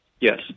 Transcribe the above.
Yes